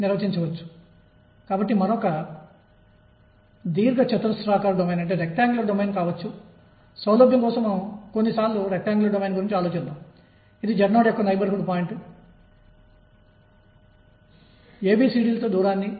తద్వారా E nh2ను ఇస్తుంది ఇది nℏ ఇది n h nu కు సమానం